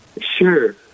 Sure